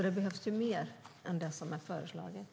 Det behövs mer än det som har föreslagits.